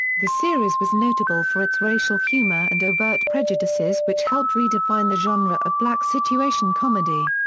the series was notable for its racial humor and overt prejudices which helped redefine the genre of black situation comedy.